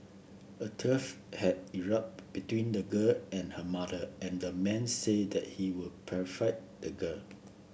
a tuff had erupted between the girl and her mother and a man said that he would perfect the girl